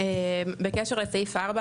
בקשר לסעיף 4,